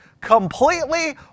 completely